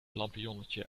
lampionnetje